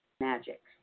magic